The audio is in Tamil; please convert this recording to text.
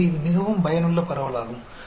எனவே இது மிகவும் பயனுள்ள பரவலாகும்